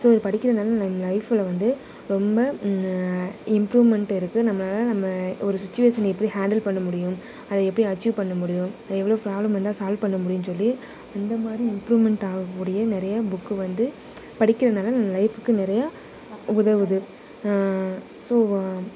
so இது படிக்கிறதுனால நம்ம லைஃப்பில் வந்து ரொம்ப இம்ப்ரூவ்மெண்ட் இருக்குது நம்மளால நம்ம ஒரு சுச்சுவேஷன் எப்படி ஹேண்டில் பண்ண முடியும் அதை எப்படி அச்சீவ் பண்ண முடியும் அதில் எவ்வளோ ப்ராப்ளம் வந்தால் சால்வ் பண்ண முடியும்னு சொல்லி இந்தமாதிரி இம்ப்ரூவ்மெண்ட் ஆகக்கூடிய நிறைய புக்கு வந்து படிக்கிறதுனால நம்ம லைஃபுக்கு நிறையா உதவுது ஸோ